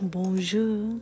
Bonjour